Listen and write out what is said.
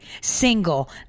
single